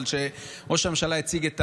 אבל כשראש הממשלה הציג את